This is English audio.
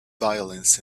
violence